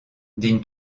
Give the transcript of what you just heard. dîne